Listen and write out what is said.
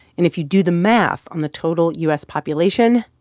and if you do the math on the total u s. population,